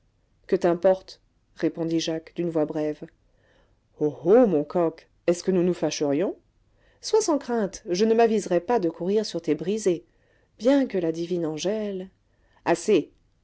que t'importe répondit jacques d'une voix brève oh oh mon coq est-ce que nous nous fâcherions sois sans crainte je ne m'aviserai pas de courir sur tes brisées bien que la divine angèle assez